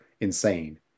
insane